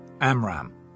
Amram